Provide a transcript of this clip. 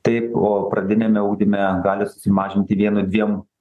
taip o pradiniame ugdyme gali susimažinti vienu dviem